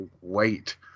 wait